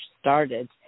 started